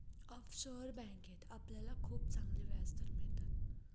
offshore बँकेत आपल्याला खूप चांगले व्याजदर मिळतात